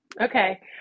Okay